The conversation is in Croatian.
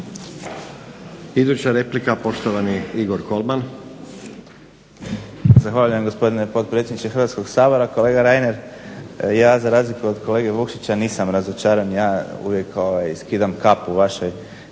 Iduća replika poštovani Igor Kolman. **Kolman, Igor (HNS)** Zahvaljujem gospodine potpredsjedniče Hrvatskog sabora. Kolega Reiner, ja za razliku od kolege Vukšića nisam razočaran. Ja uvijek skidam kapu vašoj